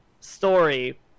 story